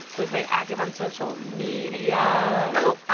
who is very active on social media oh,